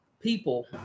people